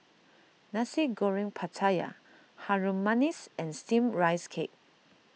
Nasi Goreng Pattaya Harum Manis and Steamed Rice Cake